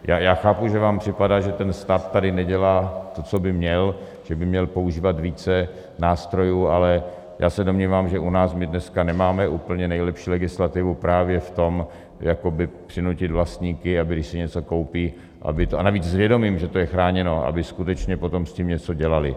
Takže já chápu, že vám připadá, že ten stát tady nedělá to, co by měl, že by měl používat více nástrojů, ale já se domnívám, že u nás my dneska nemáme úplně nejlepší legislativu právě v tom, jak přinutit vlastníky, aby když si něco koupí, a navíc s vědomím, že to je chráněno, aby skutečně potom s tím něco dělali.